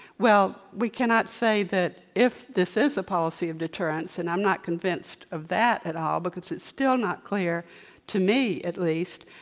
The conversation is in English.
well, we cannot say that if this is a policy of deterrence, and i'm not convinced of that at all because it's still not clear to me, at least,